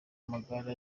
amagare